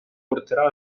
porterà